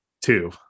Two